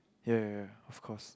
ya ya ya of course